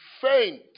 faint